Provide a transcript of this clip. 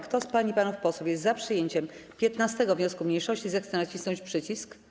Kto z pań i panów posłów jest za przyjęciem 15. wniosku mniejszości, zechce nacisnąć przycisk.